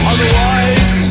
Otherwise